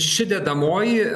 ši dedamoji